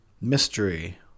mystery